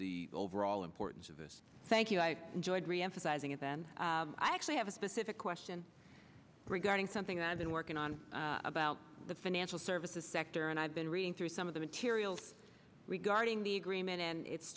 the overall importance of this thank you i enjoyed reemphasizing and then i actually have a specific question regarding something that i've been working on about the financial services sector and i've been reading through some of the material regarding the agreement and it